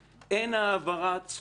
אין העברת זכויות